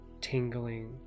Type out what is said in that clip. Tingling